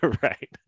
Right